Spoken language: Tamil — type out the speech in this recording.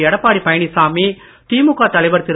எடப்பாடி பழனிசாமி திமுக தலைவர் திரு